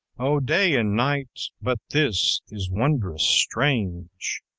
o day and night, but this is wondrous strange!